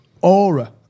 aura